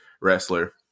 wrestler